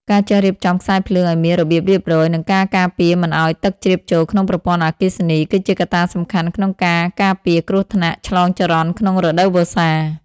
ការចេះរៀបចំខ្សែភ្លើងឱ្យមានរបៀបរៀបរយ និងការការពារមិនឱ្យទឹកជ្រាបចូលក្នុងប្រព័ន្ធអគ្គិសនី គឺជាកត្តាសំខាន់ក្នុងការការពារគ្រោះថ្នាក់ឆ្លងចរន្តក្នុងរដូវវស្សា។